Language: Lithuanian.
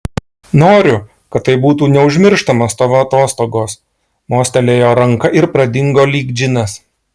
noriu kad tai būtų neužmirštamos tavo atostogos mostelėjo ranka ir pradingo lyg džinas